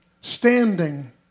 standing